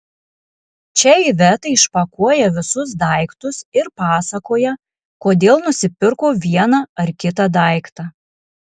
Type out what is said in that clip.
čia iveta išpakuoja visus daiktus ir pasakoja kodėl nusipirko vieną ar kitą daiktą